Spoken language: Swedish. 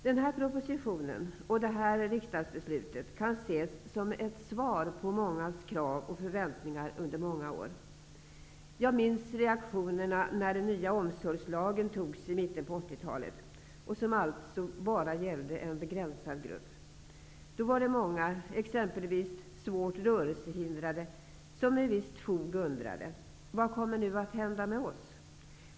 Den här propositionen och det här riksdagsbeslutet kan ses som ett svar på mångas krav och förväntningar under många år. Jag minns reaktionerna när den nya omsorgslagen tillkom i mitten på 80-talet. Den gällde alltså bara en begränsad grupp. Då var det många, exempelvis svårt rörelsehindrade, som med visst fog undrade: Vad kommer nu att hända med oss?